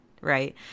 Right